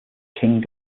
king